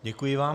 Děkuji vám.